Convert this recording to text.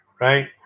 right